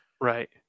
Right